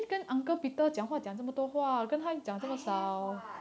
I have [what]